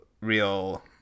real